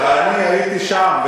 אני הייתי שם.